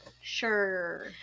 Sure